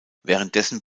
währenddessen